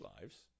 lives